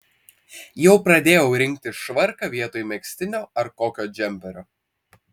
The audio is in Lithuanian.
jau pradėjau rinktis švarką vietoj megztinio ar kokio džemperio